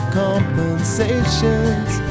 compensations